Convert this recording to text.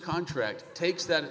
contract takes that